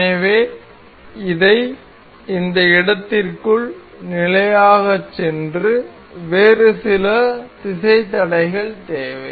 எனவே இதை இந்த இடத்திற்குள் நிலையாக செய்ய வேறு சில திசை தடைகள் தேவை